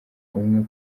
umwe